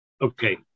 Okay